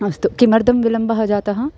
अस्तु किमर्थं विलम्बः जातः